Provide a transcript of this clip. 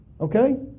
Okay